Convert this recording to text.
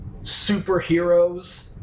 superheroes